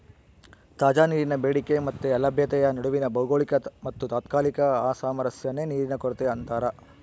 ತಾಜಾ ನೀರಿನ ಬೇಡಿಕೆ ಮತ್ತೆ ಲಭ್ಯತೆಯ ನಡುವಿನ ಭೌಗೋಳಿಕ ಮತ್ತುತಾತ್ಕಾಲಿಕ ಅಸಾಮರಸ್ಯನೇ ನೀರಿನ ಕೊರತೆ ಅಂತಾರ